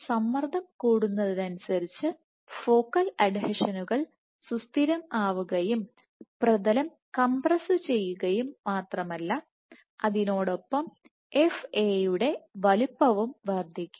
സമ്മർദ്ദം കൂടുന്നതിനനുസരിച്ച് ഫോക്കൽ അഡ്ഹീഷനുകൾ സുസ്ഥിരം ആവുകയും പ്രതലം കംപ്രസ്സു ചെയ്യുകയും മാത്രമല്ല അതിനോടൊപ്പം F A യുടെ വലുപ്പവും വർദ്ധിക്കും